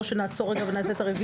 או שנעצור את זה ונעשה את הרביזיה?